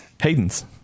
Hayden's